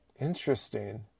Interesting